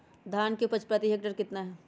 धान की उपज प्रति हेक्टेयर कितना है?